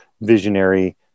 visionary